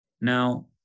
Now